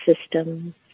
systems